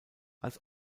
als